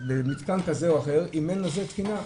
מתקן כזה או אחר אם אין לזה תקינה,